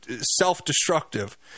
self-destructive